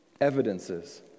evidences